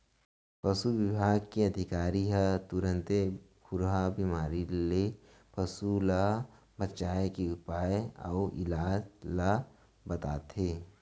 पसु बिभाग के अधिकारी ह तुरते खुरहा बेमारी ले पसु ल बचाए के उपाय अउ इलाज ल बताथें